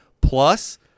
plus